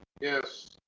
Yes